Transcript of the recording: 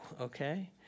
okay